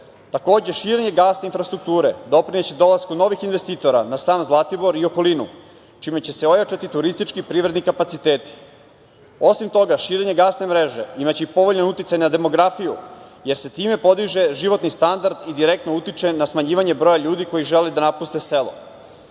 dom. Takođe širenje gasne infrastrukture doprineće dolasku novih investitora na sam Zlatibor i okolinu, čime će se ojačati turistički privredni kapaciteti. Osim toga, širenje gasne mreže će imati i povoljan uticaj na demografiju, jer se time podiže životni standard i direktno utiče na smanjivanje broja ljudi koji žele da napuste selo.